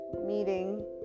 meeting